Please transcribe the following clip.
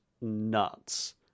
nuts